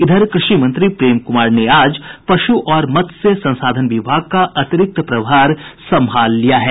इधर कृषि मंत्री प्रेम कुमार ने आज पशु और मत्स्य संसाधन विभाग का अतिरिक्त प्रभार सम्भाल लिया है